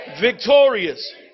victorious